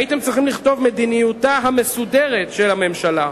הייתם צריכים לכתוב: מדיניותה המסודרת של הממשלה.